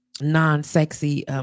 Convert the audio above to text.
non-sexy